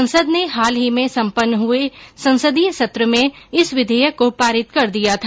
संसद ने हाल ही में सम्पन्न हुए संसदीय सत्र में इस विधेयक को पारित कर दिया था